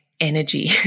energy